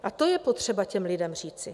A to je potřeba těm lidem říci.